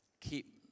Keep